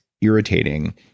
irritating